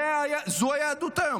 זו היהדות היום.